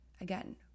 again